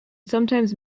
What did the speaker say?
sometimes